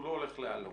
הוא לא הולך לאלון.